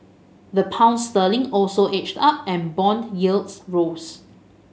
the Pound sterling also edged up and bond yields rose